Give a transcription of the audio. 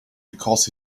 because